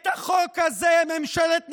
את החוק הזה ממשלת נתניהו,